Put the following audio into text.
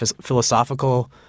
philosophical